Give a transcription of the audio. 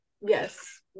Yes